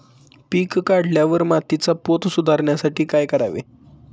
पीक काढल्यावर मातीचा पोत सुधारण्यासाठी काय करावे?